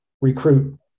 recruit